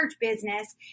business